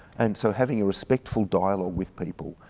and so having a respectful dialogue with people,